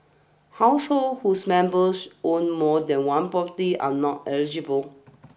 households whose members own more than one property are not eligible